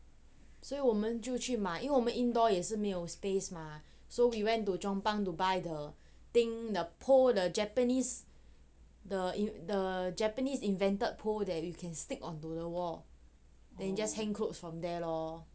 所以我们就去买因为我们 indoor 也是没有 space mah so we went to chong pang to buy the thing the pole the japanese the in~ the japanese invented pole that you can stick onto the wall then you just hang clothes from there lor